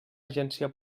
agència